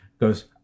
Goes